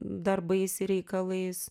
darbais ir reikalais